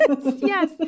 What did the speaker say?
yes